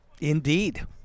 Indeed